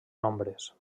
nombres